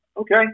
Okay